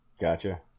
Gotcha